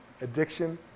Addiction